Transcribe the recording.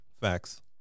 Facts